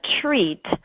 treat